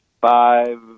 five